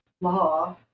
law